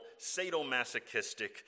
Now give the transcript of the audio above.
sadomasochistic